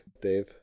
Dave